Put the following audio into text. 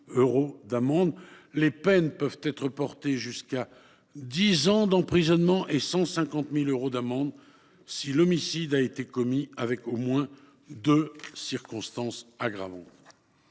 Les peines peuvent être portées à dix ans d’emprisonnement et à 150 000 euros d’amende si l’homicide a été commis avec au moins deux circonstances aggravantes.